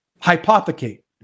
hypothecate